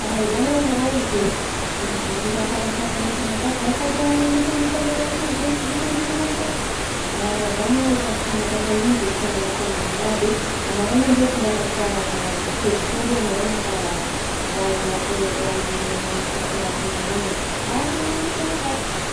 A raha izany ary karaha izy de hibodika faramparany am-piasana akato zah sady hamitamita le asagny zegny sy vitandreo sasany fa izaho ma efa sy nahatratra igny de karaha lasa maraha de amarainga indreo tondrasako raha gouter gouter andreo amaraina fa mba hialako amin'ny fahatarako niagny igny mba hampilamigna ansena akato.